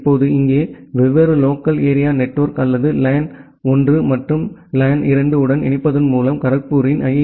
இப்போது இங்கே வெவ்வேறு லோக்கல் ஏரியா நெட்வொர்க் அல்லது லேன் 1 மற்றும் லேன் 2 உடன் இணைப்பதன் மூலம் காரக்பூரின் ஐ